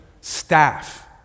staff